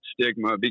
stigma